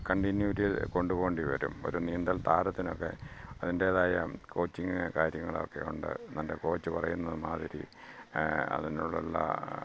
കണ്ടിന്യുവിറ്റികൊണ്ട് പോകേണ്ടി വരും ഒരു നീന്തൽ താരത്തിനൊക്കെ അതിൻ്റെതായ കോച്ചിങ്ങ് കാര്യങ്ങളൊക്കെ ഉണ്ട് മറ്റെ കോച്ച് പറയുന്നതുമാതിരി അതിനോടുള്ള